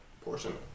portion